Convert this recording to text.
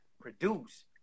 produce